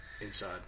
inside